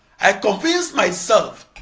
i convinced myself